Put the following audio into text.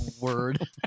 Word